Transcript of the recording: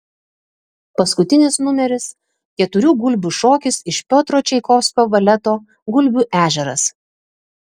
paskutinis numeris keturių gulbių šokis iš piotro čaikovskio baleto gulbių ežeras